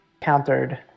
countered